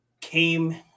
came